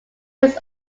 was